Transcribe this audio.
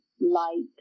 light